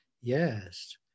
Yes